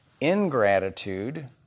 ingratitude